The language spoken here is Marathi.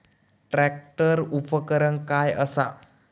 ट्रॅक्टर उपकरण काय असा?